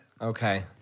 Okay